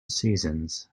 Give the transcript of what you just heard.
seasons